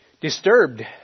disturbed